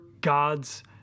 gods